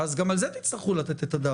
גם על זה תצטרכו לתת את הדעת,